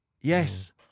Yes